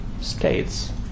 states